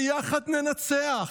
ביחד ננצח.